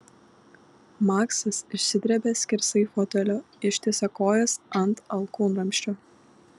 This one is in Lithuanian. maksas išsidrebia skersai fotelio ištiesia kojas ant alkūnramsčio